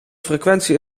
frequentie